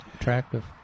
attractive